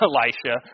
Elisha